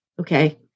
okay